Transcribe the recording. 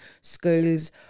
schools